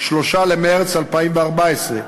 3 במרס 2014,